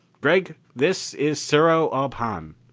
gregg, this is sero ob hahn.